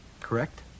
correct